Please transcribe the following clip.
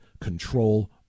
control